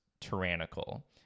tyrannical